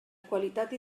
qualitat